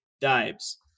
Dives